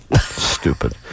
Stupid